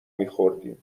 میخوردیم